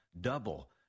Double